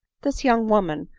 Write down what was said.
this young woman,